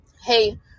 Hey